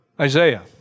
Isaiah